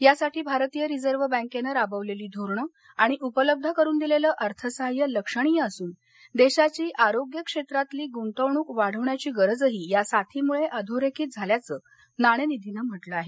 यासाठी भारतीय रिझव्ह बँकेनं राबवलेली धोरणं आणि उपलब्ध करून दिलेलं अर्थसाद्य लक्षणीय असून देशाची आरोग्य क्षेत्रातली गुंतवणूक वाढवण्याची गरजही या साथीमुळे अधोरेखित झाल्याचं नाणेनिधीनं म्हटलं आहे